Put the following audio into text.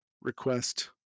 request